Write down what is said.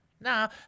Now